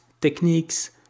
techniques